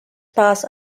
pass